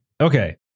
Okay